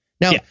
Now